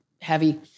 heavy